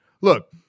Look